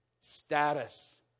status